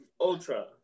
Ultra